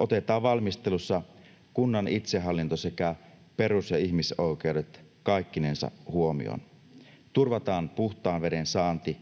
Otetaan valmistelussa kunnan itsehallinto sekä perus- ja ihmisoikeudet kaikkinensa huomioon. Turvataan puhtaan veden saanti.